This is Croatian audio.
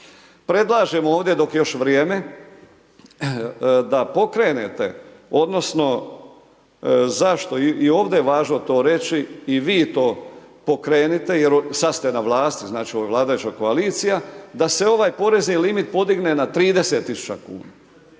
Predlažem ovdje dok je još vrijeme da pokrenete odnosno zašto i ovdje je važno to reći i vi to pokrenite, jer sad ste na vlasti znači ovo je vladajuća koalicija, da se ovaj porezni limit podigne na 30.000 kuna,